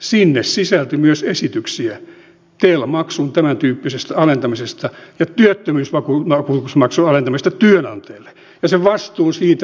sinne sisältyi myös esityksiä tel maksun tämäntyyppisestä alentamisesta ja työttömyysvakuutusmaksun alentamisesta työnantajille ja sen vastuun siirtämistä palkansaajille